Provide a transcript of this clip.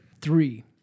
Three